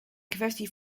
kwestie